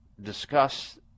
discuss